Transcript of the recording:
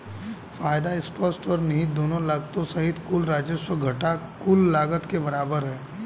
फायदा स्पष्ट और निहित दोनों लागतों सहित कुल राजस्व घटा कुल लागत के बराबर है